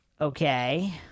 Okay